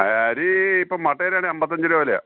അരി ഇപ്പോൾ മട്ട അരി ആണെങ്കിൽ അമ്പത്തി അഞ്ച് രൂപ വിലയാണ്